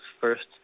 first